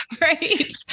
right